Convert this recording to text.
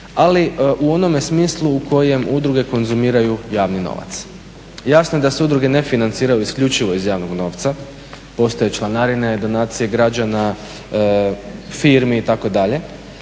Ali u onome smislu u kojem udruge konzumiraju javni novac. Jasno je da se udruge ne financiraju isključivo iz javnog novca. Postoje članarine, donacije građana, firmi itd.